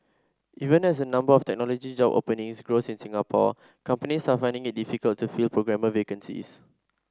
even as the number of technology job openings grows in Singapore companies are finding it difficult to fill programmer vacancies